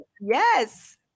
yes